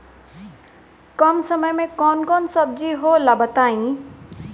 कम समय में कौन कौन सब्जी होला बताई?